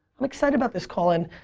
i'm excited about this call in.